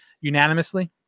unanimously